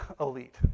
elite